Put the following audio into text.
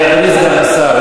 מחזירים את זה.